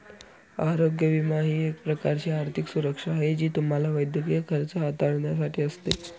आरोग्य विमा ही एक प्रकारची आर्थिक सुरक्षा आहे जी तुम्हाला वैद्यकीय खर्च हाताळण्यासाठी असते